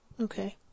Okay